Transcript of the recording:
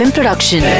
Production